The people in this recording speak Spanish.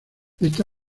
esta